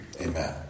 Amen